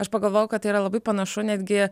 aš pagalvojau kad tai yra labai panašu netgi